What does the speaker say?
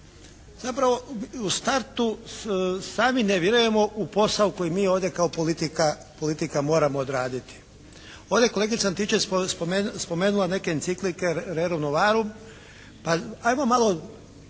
Zapravo, u startu sami ne vjerujemo u posao koji mi ovdje kao politika moramo odraditi. Ovdje kolegica Antičević spomenula neke enciklike "Rerum novarum", pa ajmo malo